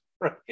right